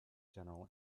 general